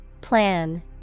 Plan